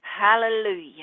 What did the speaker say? hallelujah